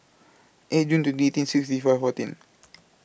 eight June twenty eighteen sixty four fourteen